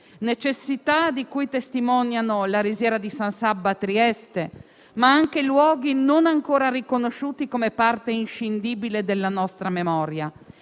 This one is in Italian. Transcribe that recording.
necessità di cui sono testimonianza la risiera di San Sabba Trieste, ma anche luoghi non ancora riconosciuti come parte inscindibile della nostra memoria: